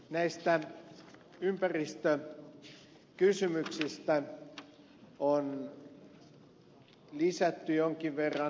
näistä ympäristökysymyksistä on lisätty jonkin verran